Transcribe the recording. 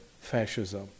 fascism